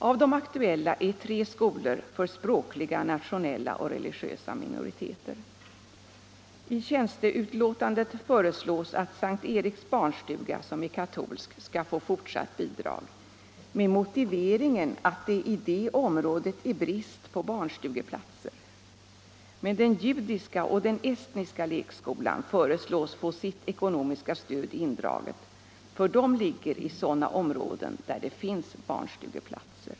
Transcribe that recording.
Av de aktuella är tre skolor för språkliga, nationella och religiösa minoriteter. I tjänsteutlåtandet föreslås att S:t Eriks barnstuga, som är katolsk, skall få fortsatt bidrag — med motiveringen att det i det området är brist på barnstugeplatser. Men den judiska och den estniska lekskolan föreslås få sitt ekonomiska stöd indraget, för de ligger i områden där det finns barnstugeplatser.